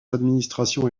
administrations